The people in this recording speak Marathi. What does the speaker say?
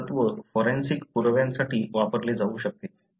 हेच तत्त्व फॉरेन्सिक पुराव्यांसाठी वापरले जाऊ शकते